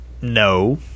No